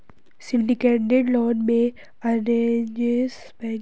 syndicated loan में, arrangers banking की भूमिका निभाते हैं और लोगों को फंड देते हैं